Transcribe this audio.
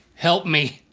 help me.